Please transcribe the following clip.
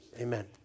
amen